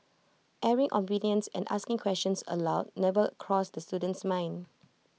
airing opinions and asking questions aloud never crossed this student's mind